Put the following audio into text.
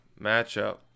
matchup